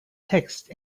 text